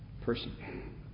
person